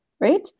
right